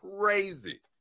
crazy